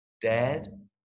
dad